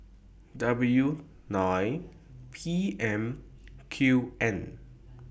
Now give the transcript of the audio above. W nine P M Q N